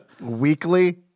weekly